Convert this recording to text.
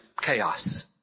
chaos